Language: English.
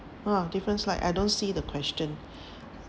ah different slide I don't see the question